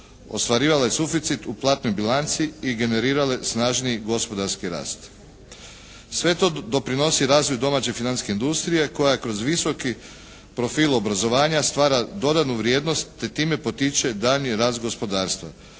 ostvarile suficit u platnoj bilanci i generirale snažniji gospodarski rast. Sve to doprinosi razvoju domaće financijske industrije koja je kroz visoki profil obrazovanja stvara dodanu vrijednost te time potiče daljnji rast gospodarstva.